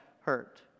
hurt